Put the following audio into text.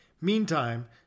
Meantime